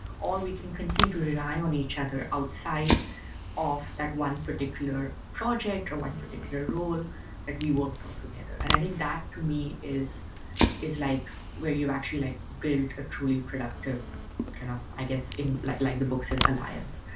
or we can continue to rely on each other outside of that one particular project or one particular role that we worked on together. and i think that to me is is like where you actually like build a truly productive kind of, i guess, like like the book says, alliance.